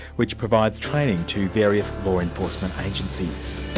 which provides training to various law enforcement agencies.